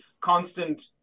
constant